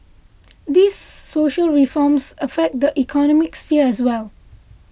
these social reforms affect the economic sphere as well